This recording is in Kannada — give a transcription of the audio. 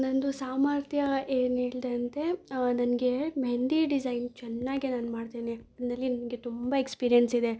ನಂದು ಸಾಮರ್ಥ್ಯ ಏನೇಳ್ದೆ ಅಂದೆ ನನಗೆ ಮೆಹೆಂದಿ ಡಿಸೈನ್ ಚೆನ್ನಾಗೆ ನಾನು ಮಾಡ್ತೇನೆ ಅದ್ನಲ್ಲಿ ನನಗೆ ತುಂಬ ಎಕ್ಸಪೀರಿಯನ್ಸಿದೆ